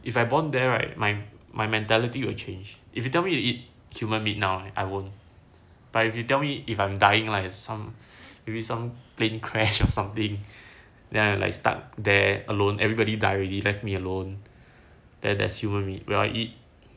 if I born there right my my mentality will change if you tell me to eat human meat now I won't but if you tell me if I am dying lah as some maybe some plane crash of something then like I stuck there alone everybody die already left me alone then there's human meat will I eat